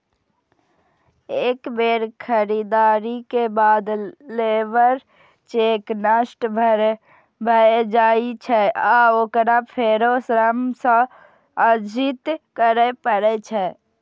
एक बेर खरीदारी के बाद लेबर चेक नष्ट भए जाइ छै आ ओकरा फेरो श्रम सँ अर्जित करै पड़ै छै